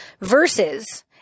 versus